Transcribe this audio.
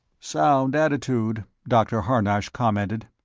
sound attitude dr. harnosh commented.